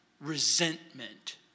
Resentment